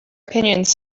opinions